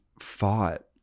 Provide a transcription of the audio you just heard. fought